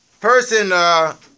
person